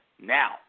now